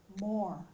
more